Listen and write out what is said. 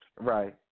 Right